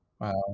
Wow